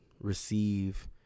receive